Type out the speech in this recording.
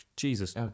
Jesus